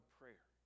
prayer